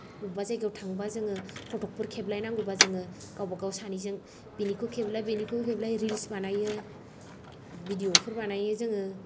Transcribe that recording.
बबावबा जायगायाव थाङोबा जोङो फट' फोर खेबलायनांगौबा जोङो गावबा गाव सानैजों बिनिखौ खेबलाय बिनिखौ खेबलाय रिल्स बानायो भिडिय' फोर बानायो जोङो